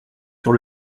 sur